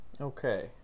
Okay